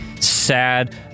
sad